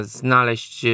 znaleźć